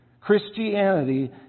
Christianity